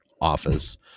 office